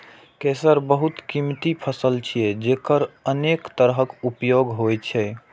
केसर बहुत कीमती फसल छियै, जेकर अनेक तरहक उपयोग होइ छै